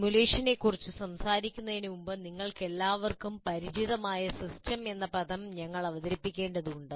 സിമുലേഷനെക്കുറിച്ച് സംസാരിക്കുന്നതിന് മുമ്പ് നിങ്ങൾക്കെല്ലാവർക്കും പരിചിതമായ സിസ്റ്റം എന്ന പദം ഞങ്ങൾ അവതരിപ്പിക്കേണ്ടതുണ്ട്